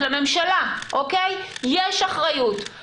לממשלה יש אחריות,